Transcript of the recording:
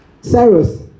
Cyrus